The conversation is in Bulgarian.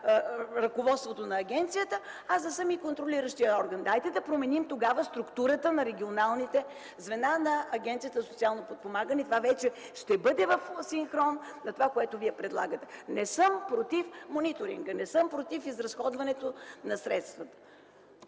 на ръководството на агенцията, аз да съм и контролиращият орган. Дайте да променим структурата на регионалните звена на Агенцията за социално подпомагане. Това ще бъде в синхрон с онова, което Вие предлагате. Не съм против мониторинга. Не съм против изразходването на средствата.